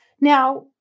Now